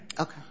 Okay